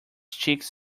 chicks